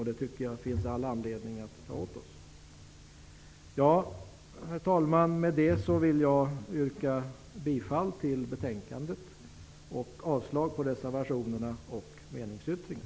Det tycker jag att det finns all anledning för oss att ta till oss. Herr talman! Med detta yrkar jag bifall till utskottets hemställan och avslag på reservationerna och meningsyttringen.